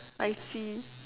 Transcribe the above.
I see